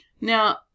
now